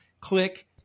click